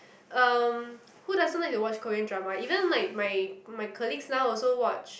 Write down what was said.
um who doesn't like to watch Korean drama even like my my colleagues now also watch